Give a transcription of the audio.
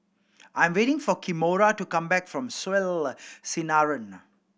I'm waiting for Kimora to come back from Soleil Sinaran